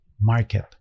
market